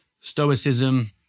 stoicism